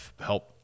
help